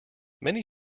many